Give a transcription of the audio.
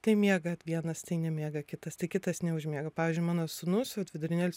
tai miegat vienas tai nemiega kitas tai kitas neužmiega pavyzdžiui mano sūnus vat vidurinėlis